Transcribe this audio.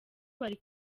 bari